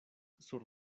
sur